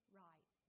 right